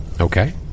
Okay